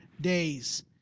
days